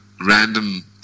random